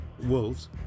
Wolves